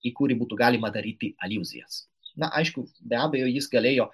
į kurį būtų galima daryti aliuzijas na aišku be abejo jis galėjo